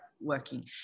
working